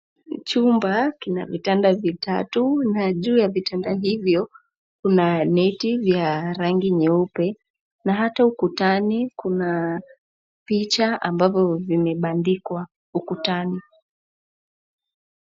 Chumba kina vitanda vitatu na juu ya vitanda hivyo, kuna neti vya rangi nyeupe na hata ukutani kuna picha ambapo vimepandikwa ukutani.